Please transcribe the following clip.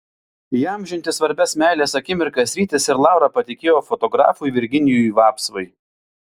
įamžinti svarbias meilės akimirkas rytis ir laura patikėjo fotografui virginijui vapsvai